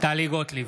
טלי גוטליב,